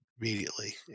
Immediately